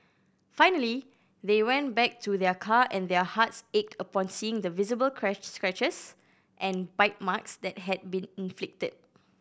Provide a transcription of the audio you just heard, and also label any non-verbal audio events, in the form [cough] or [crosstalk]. finally they went back to their car and their hearts ached upon seeing the visible [unintelligible] scratches and bite marks that had been inflicted